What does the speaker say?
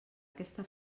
aquesta